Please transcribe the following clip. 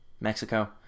Mexico